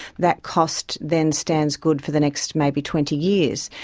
that cost then stands good for the next maybe twenty years.